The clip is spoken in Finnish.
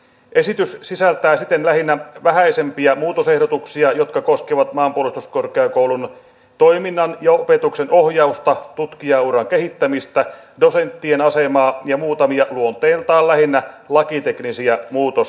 esitys sisältää siten lähinnä vähäisempiä muutosehdotuksia jotka koskevat maanpuolustuskorkeakoulun toiminnan ja opetuksen ohjausta tutkijauran kehittämistä dosenttien asemaa ja muutamia luonteeltaan lähinnä lakiteknisiä muutosehdotuksia